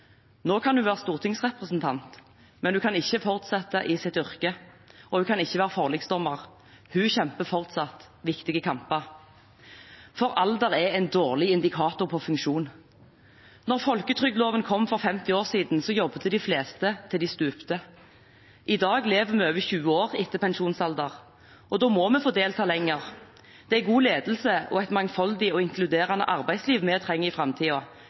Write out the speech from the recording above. Nå kan hun være stortingsrepresentant, men hun kan ikke fortsette i sitt yrke, og hun kan ikke være forliksdommer. Hun kjemper fortsatt viktige kamper. Alder er en dårlig indikator på funksjon. Da folketrygdloven kom for 50 år siden, jobbet de fleste til de stupte. I dag lever vi over 20 år etter pensjonsalder. Da må vi få delta lenger. Det er god ledelse og et mangfoldig og inkluderende arbeidsliv vi trenger i